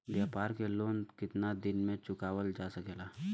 व्यापार के लोन कितना दिन मे चुकावल जा सकेला?